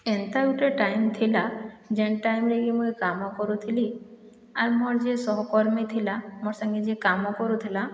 ଏନ୍ତା ଗୋଟିଏ ଟାଇମ ଥିଲା ଯେନ୍ ଟାଇମରେକି ମୁଇଁ କାମ କରୁଥିଲି ଆର୍ ମୋର୍ ଯେ ସହକର୍ମୀ ଥିଲା ମୋର୍ ସାଙ୍ଗେ ଯିଏ କାମ କରୁଥିଲା